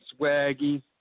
swaggy